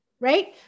Right